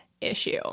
issue